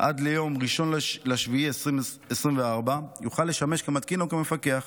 עד ליום 1 ביולי 2024 יוכל לשמש כמתקין או כמפקח,